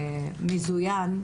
מזויין,